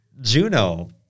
Juno